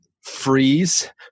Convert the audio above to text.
freeze